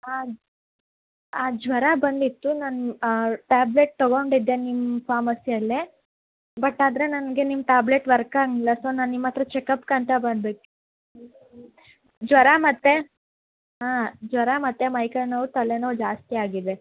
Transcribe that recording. ಹಾಂ ಜ್ವರ ಬಂದಿತ್ತು ನನ್ನ ಆ ಟ್ಯಾಬ್ಲೆಟ್ ತಗೊಂಡಿದ್ದೆ ನಿಮ್ಮ ಫಾರ್ಮಸಿಯಲ್ಲೆ ಬಟ್ ಆದರೆ ನನಗೆ ನಿಮ್ಮ ಟ್ಯಾಬ್ಲೆಟ್ ವರ್ಕ್ ಆಗಲಿಲ್ಲ ಸೋ ನಿಮ್ಮ ಹತ್ತಿರ ಚೆಕ್ಅಪ್ಗಂತ ಬರ್ಬೇಕು ಜ್ವರ ಮತ್ತೆ ಹಾಂ ಜ್ವರ ಮತ್ತು ಮೈಕೈ ನೋವು ತಲೆ ನೋವು ಜಾಸ್ತಿ ಆಗಿದೆ